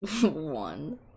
One